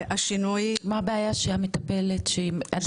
מה הבעיה שהמטפלת שעדיין אצלכם?